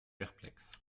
perplexe